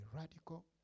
radical